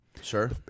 Sure